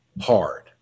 hard